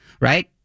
right